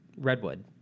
Redwood